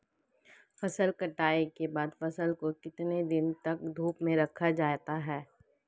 फसल कटाई के बाद फ़सल को कितने दिन तक धूप में रखा जाता है?